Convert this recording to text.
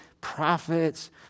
prophets